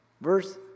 verse